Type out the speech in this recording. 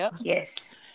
Yes